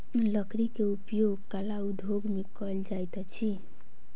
लकड़ी के उपयोग कला उद्योग में कयल जाइत अछि